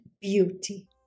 beauty